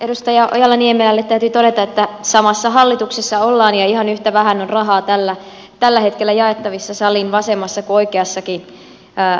edustaja ojala niemelälle täytyy todeta että samassa hallituksessa ollaan ja ihan yhtä vähän on rahaa tällä hetkellä jaettavissa niin saliin vasemmassa kuin oikeassakin laidassa